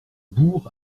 bourg